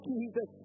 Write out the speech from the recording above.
Jesus